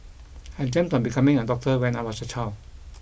I dreamt of becoming a doctor when I was a child